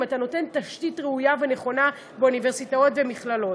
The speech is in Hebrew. אם אתה נותן תשתית ראויה ונכונה באוניברסיטאות ומכללות.